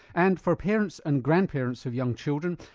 and for parents and grandparents of young children,